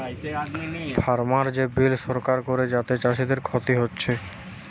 farmer যে bill সরকার করে যাতে চাষীদের ক্ষতি হচ্ছে